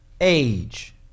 age